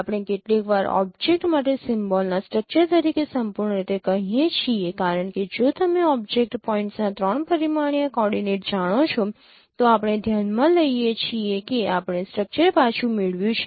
આપણે કેટલીકવાર ઓબ્જેક્ટ માટે સિમ્બોલના સ્ટ્રક્ચર તરીકે સંપૂર્ણ રીતે કહીએ છીએ કારણ કે જો તમે ઓબ્જેક્ટ પોઇન્ટ્સના ૩ પરિમાણીય કોઓર્ડિનેટ જાણો છો તો આપણે ધ્યાનમાં લઈએ છીએ કે આપણે સ્ટ્રક્ચર પાછું મેળવ્યું છે